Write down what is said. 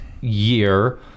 year